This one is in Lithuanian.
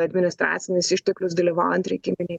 administracinis išteklius dalyvaujant rinkiminėj